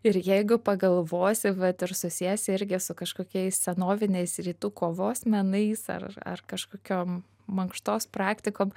ir jeigu pagalvosi vat ir susiesi irgi su kažkokiais senoviniais rytų kovos menais ar ar kažkokiom mankštos praktikom